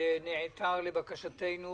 שנעתר לבקשתנו